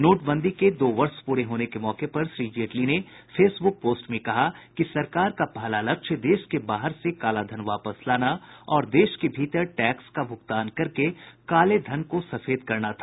नोटबंदी के दो वर्ष पूरे होने के मौके पर श्री जेटली ने फेसबुक पोस्ट में कहा कि सरकार का पहला लक्ष्य देश के बाहर से काला धन वापस लाना और देश के भीतर टैक्स का भुगतान करके काले धन को सफेद करना था